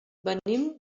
venim